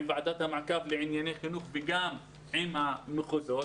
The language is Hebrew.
עם ועדת המעקב לענייני חינוך וגם עם המחוזות.